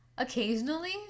occasionally